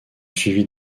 suivie